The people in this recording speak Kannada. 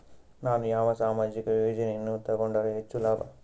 ನಾನು ಯಾವ ಸಾಮಾಜಿಕ ಯೋಜನೆಯನ್ನು ತಗೊಂಡರ ಹೆಚ್ಚು ಲಾಭ?